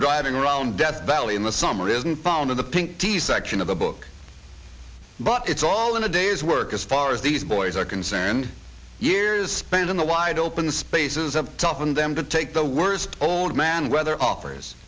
driving around death valley in the summer isn't found in the pink t section of the book but it's all in a day's work as far as these boys are concerned years spent in the wide open spaces of toughened them to take the worst old man weather off